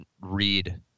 read